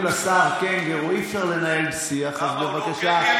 אי-אפשר כנראה, דבר עניינית על החוק.